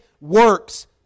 works